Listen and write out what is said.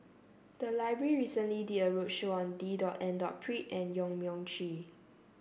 the library recently did a roadshow on D dot and dot Pritt and Yong Mun Chee